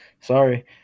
Sorry